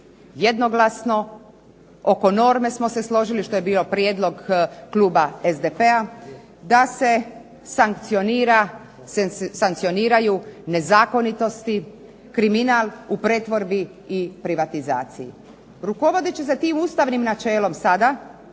jednoglasno, oko norme smo se složili što je bio prijedlog kluba SDP-a da se sankcioniraju nezakonitosti, kriminal u pretvorbi i privatizaciji. Rukovodeći se tim ustavnim načelom sada